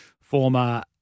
former